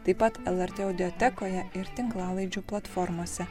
taip pat lrt audiotekoje ir tinklalaidžių platformose